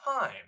time